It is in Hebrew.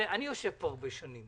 אני יושב פה שנים